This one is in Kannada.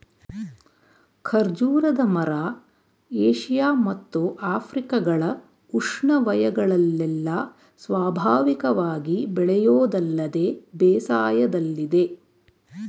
ಖರ್ಜೂರದ ಮರ ಏಷ್ಯ ಮತ್ತು ಆಫ್ರಿಕಗಳ ಉಷ್ಣವಯಗಳಲ್ಲೆಲ್ಲ ಸ್ವಾಭಾವಿಕವಾಗಿ ಬೆಳೆಯೋದಲ್ಲದೆ ಬೇಸಾಯದಲ್ಲಿದೆ